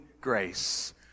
grace